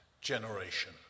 generation